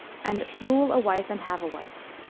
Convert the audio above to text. and rule a wife and have a wife.